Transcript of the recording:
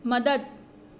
મદદ